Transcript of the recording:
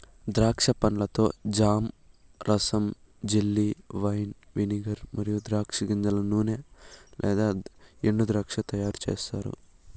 ద్రాక్ష పండ్లతో జామ్, రసం, జెల్లీ, వైన్, వెనిగర్ మరియు ద్రాక్ష గింజల నూనె లేదా ఎండుద్రాక్ష తయారుచేస్తారు